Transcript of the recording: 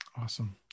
Awesome